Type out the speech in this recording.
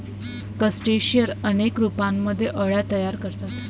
crustacean अनेक रूपांमध्ये अळ्या तयार करतात